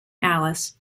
alice